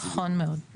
נכון מאוד.